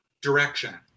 direction